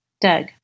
Doug